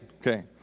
Okay